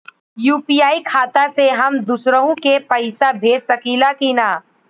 UPI खाता से हम दुसरहु के पैसा भेज सकीला की ना?